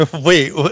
wait